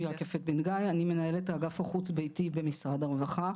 אני מנהלת האגף החוץ-ביתי במשרד הרווחה.